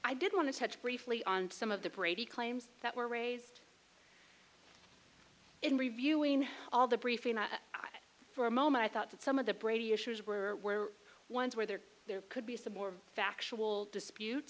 i did want to touch briefly on some of the brady claims that were raised in reviewing all the briefings for a moment i thought that some of the brady issues were ones where there there could be some more factual dispute